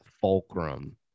fulcrum